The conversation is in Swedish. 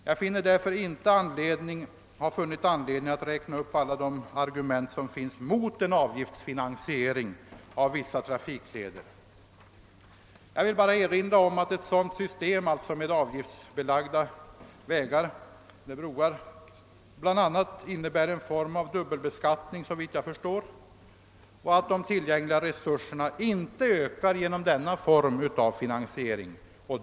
Jag har därför inte funnit skäl att räkna upp alla de argument som kan anföras mot en avgiftsfinansiering av vissa trafikleder. Jag vill bara erinra om att ett system med bl.a. avgiftsbelagda vägar och broar måste innebära en form av dubbelbeskattning och att de tillgängliga resurserna inte ökar genom denna form av finansiering.